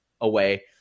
away